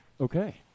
Okay